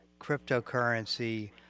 cryptocurrency